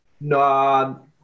No